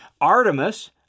Artemis